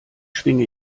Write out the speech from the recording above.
schwinge